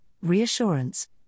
reassurance